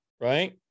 Right